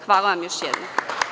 Hvala još jednom.